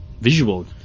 Visual